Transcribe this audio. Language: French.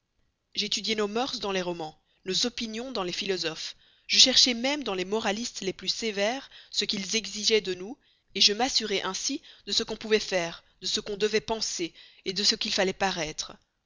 j'étudiai nos mœurs dans les romans nos opinions dans les philosophes je cherchai même dans les moralistes les plus sévères ce qu'ils exigeaient de nous je m'assurai ainsi de ce qu'on pouvait faire de ce qu'on devait penser de ce qu'il fallait paraître